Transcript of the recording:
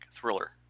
thriller